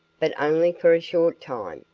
but only for a short time.